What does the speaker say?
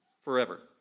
forever